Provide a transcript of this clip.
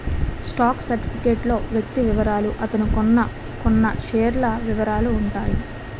stock certificate లో వ్యక్తి వివరాలు అతను కొన్నకొన్న షేర్ల వివరాలు ఉంటాయి